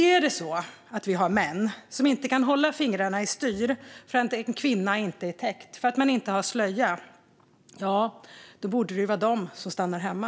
Är det så att vi har män som inte kan hålla fingrarna i styr för att en kvinna inte är täckt - för att hon inte har slöja - borde det ju vara de som stannar hemma.